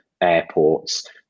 airports